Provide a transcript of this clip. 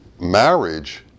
Marriage